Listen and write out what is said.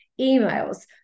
emails